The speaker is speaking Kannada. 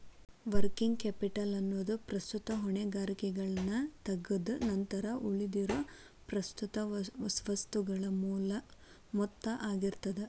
ವರ್ಕಿಂಗ್ ಕ್ಯಾಪಿಟಲ್ ಎನ್ನೊದು ಪ್ರಸ್ತುತ ಹೊಣೆಗಾರಿಕೆಗಳನ್ನ ತಗದ್ ನಂತರ ಉಳಿದಿರೊ ಪ್ರಸ್ತುತ ಸ್ವತ್ತುಗಳ ಮೊತ್ತ ಆಗಿರ್ತದ